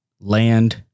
land